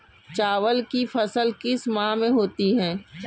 चावल की फसल किस माह में होती है?